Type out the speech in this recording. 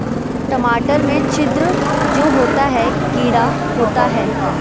टमाटर में छिद्र जो होता है किडा होता है?